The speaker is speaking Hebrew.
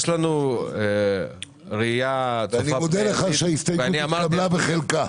לנו ראייה --- ואני מודה לך שההסתייגות התקבלה בחלקה.